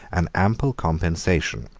an ample compensation,